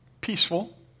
peaceful